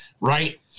Right